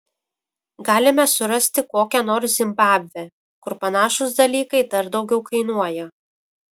galime surasti kokią nors zimbabvę kur panašūs dalykai dar daugiau kainuoja